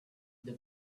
the